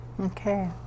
Okay